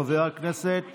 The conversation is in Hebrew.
חבר הכנסת